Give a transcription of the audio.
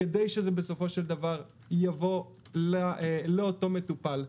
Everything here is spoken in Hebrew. כדי שבסופו של דבר יבוא לאותו מטופל,